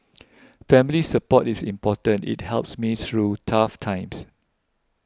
family support is important it helps me through tough times